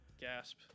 gasp